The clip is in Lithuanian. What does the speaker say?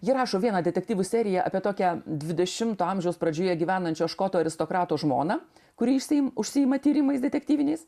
ji rašo vieną detektyvų seriją apie tokią dvidešimto amžiaus pradžioje gyvenančio škotų aristokrato žmoną kuri išsim užsiima tyrimais detektyviniais